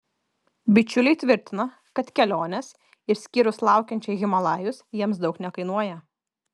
bičiuliai tvirtina kad kelionės išskyrus laukiančią į himalajus jiems daug nekainuoja